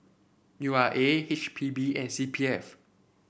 U R A H P B and C P F